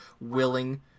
willing